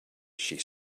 she